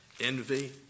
envy